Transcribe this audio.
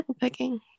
picking